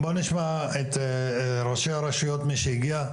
בוא נשמע את ראשי הרשויות, מי שהגיע.